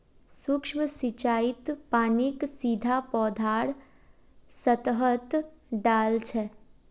सूक्ष्म सिंचाईत पानीक सीधा पौधार सतहत डा ल छेक